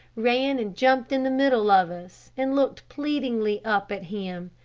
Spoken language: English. ran and jumped in the middle of us, and looked pleadingly up at him.